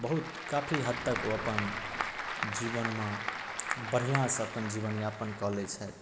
बहुत काफी हद तक ओ अपन जीवनमे बढ़िआँसँ अपन जीवनयापन कऽ लै छथि